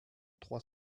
trois